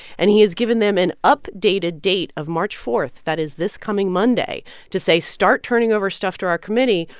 and he has given them an updated date of march four that is this coming monday to say, start turning over stuff to our committee,